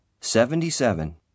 Seventy-seven